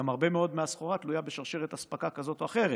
גם הרבה מאוד מהסחורה תלויה בשרשרת אספקה כזאת או אחרת.